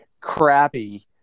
crappy